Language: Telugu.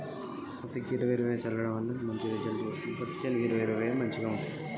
పత్తికి ఇరవై ఇరవై చల్లడం వల్ల ఏంటి లాభం?